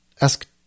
ask